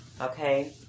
Okay